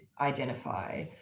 identify